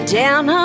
down